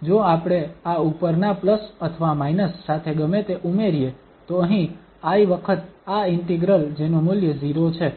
તેથી જો આપણે આ ઉપરના પ્લસ અથવા માઇનસ સાથે ગમે તે ઉમેરીએ તો અહીં i વખત આ ઇન્ટિગ્રલ જેનું મૂલ્ય 0 છે